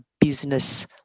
business